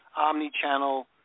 omni-channel